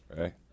right